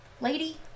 lady